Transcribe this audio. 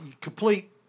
complete